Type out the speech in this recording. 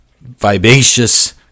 vivacious